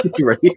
Right